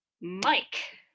Mike